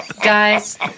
guys